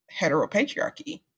heteropatriarchy